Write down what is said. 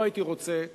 לא הייתי רוצה.